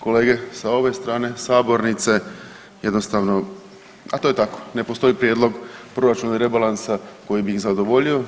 Kolege sa ove strane sabornice jednostavno, a to je tako, ne postoji prijedlog proračuna i rebalansa koji bi ih zadovoljio.